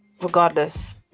regardless